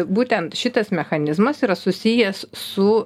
būtent šitas mechanizmas yra susijęs su